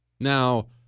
Now